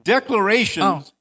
Declarations